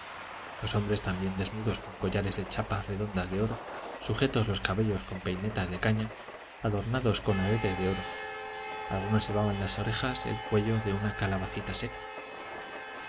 los hombres también desnudos con collares de chapas redondas de oro sujetos los cabellos con peinetas de caña adornados con aretes de oro algunos llevaban en las orejas el cuello de una calabacita seca